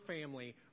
family